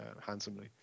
handsomely